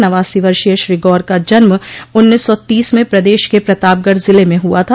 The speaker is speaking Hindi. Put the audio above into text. नवासी वर्षीय श्री गौर का जन्म उन्नीस सौ तीस में प्रदेश के प्रतापगढ़ जिले में हुआ था